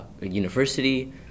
university